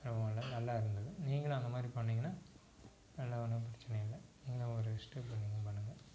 பரவாயில்ல நல்லா இருந்தது நீங்களும் அந்த மாதிரி பண்ணிங்கன்னால் எல்லாம் ஒன்றும் பிரச்சினை இல்லை நீங்கள் ஒரு ஸ்டெப் பண்ணுங்கள்